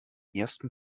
ersten